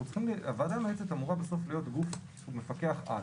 הוועדה המייעצת אמורה להיות בסוף להיות גוף שהוא מפקח-על,